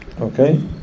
Okay